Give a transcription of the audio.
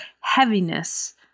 heaviness